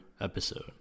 episode